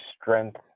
strength